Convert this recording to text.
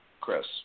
Chris